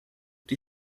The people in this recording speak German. die